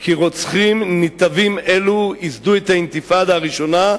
כי רוצחים נתעבים אלו ייסדו את האינתיפאדה הראשונה,